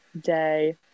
day